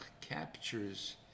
captures